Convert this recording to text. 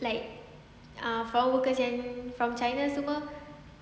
like ah for workers and from china semua